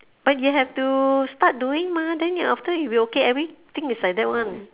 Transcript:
but you have to start doing mah then you after you will okay everything is like that [one]